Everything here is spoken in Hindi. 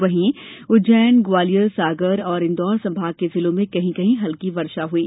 वहीं उज्जैन ग्वालियर सागर और इंदौर संभाग के जिलों में कहीं कहीं हल्की वर्षा हई